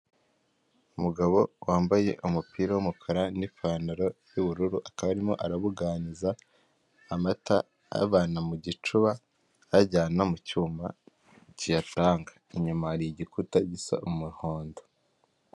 Umugabo wambaye umupira w'umukara n'ipantaro y'ubururu, akaba arimo arabuganiza amata ayavana mu gicuba ayajyana mu cyuma kiyavanga, inyuma hari igikuta gisa umuhondo.